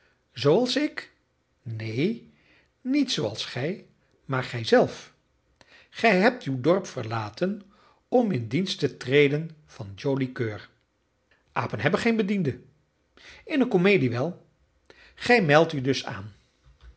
zooals ik neen niet zooals gij maar gij zelf gij hebt uw dorp verlaten om in dienst te treden van joli coeur apen hebben geen bedienden in een komedie wel gij meldt u dus aan